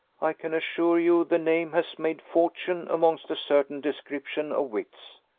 i can assure you the name has made fortune amongst a certain description of wits.